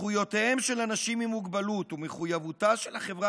"זכויותיהם של אנשים עם מוגבלות ומחויבותה של החברה